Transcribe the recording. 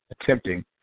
attempting